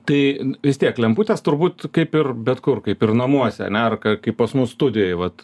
tai vis tiek lemputės turbūt kaip ir bet kur kaip ir namuose ane ar kaip pas mus studijoj vat